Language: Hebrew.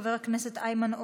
חבר הכנסת איימן עודה.